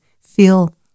feel